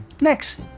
Next